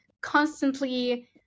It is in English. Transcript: constantly